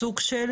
סוג של,